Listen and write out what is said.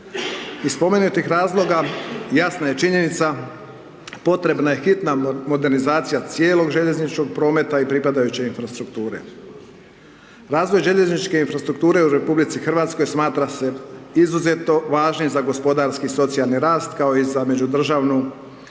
Iz spomenutih razloga jasna je činjenica potrebna je hitna modernizacija cijelog željezničkog prometa i pripadajuće infrastrukture. Razvoj željezničke infrastrukture u RH smatra se izuzetno važnim za gospodarski socijalni rast kao i za međudržavnu povezanost